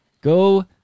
Go